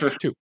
Two